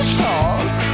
talk